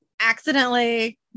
accidentally